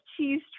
cheese